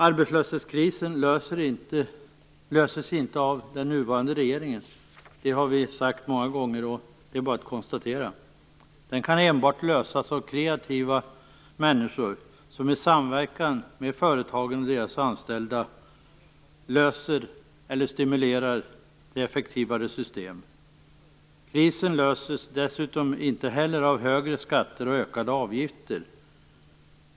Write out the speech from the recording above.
Arbetslöshetskrisen löses inte av den nuvarande regeringen. Det har vi sagt många gånger och det är bara att konstatera att det är så. Arbetslöshetskrisen kan enbart lösas av kreativa människor, som i samverkan med företagen och deras anställda stimulerar till effektivare system. Krisen löses inte heller genom högre skatter och ökade avgifter.